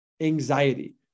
Anxiety